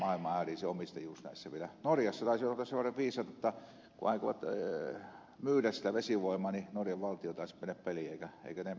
norjassa taidettiin olla sen verran viisaita että kun ne aikoivat myydä vesivoimaa niin norjan valtio taisi mennä peliin eivätkä ne myyneetkään sitä